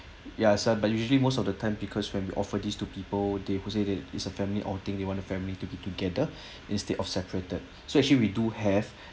ya so but usually most of the time because when we offer this two people the will say it's a family outing then want the family to be together instead of separated so actually we do have